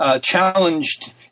challenged